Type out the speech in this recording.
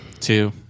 two